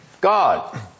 God